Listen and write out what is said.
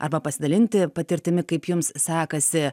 arba pasidalinti patirtimi kaip jums sekasi